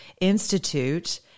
Institute